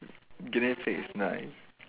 guinea pig is nice